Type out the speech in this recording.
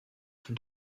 them